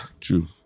True